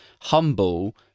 humble